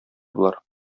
болар